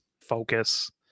focus